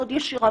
מאוד ישרה,